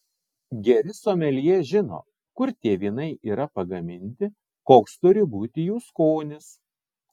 geri someljė žino kur tie vynai yra pagaminti koks turi būti jų skonis